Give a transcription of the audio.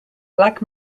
black